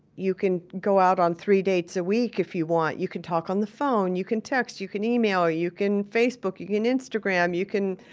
you can go on three dates a week if you want. you can talk on the phone. you can text, you can email, you can facebook, you can instagram, you can,